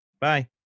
Bye